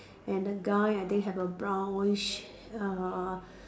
and the guy I think have a brownish uh